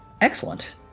Excellent